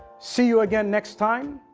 see you again next time.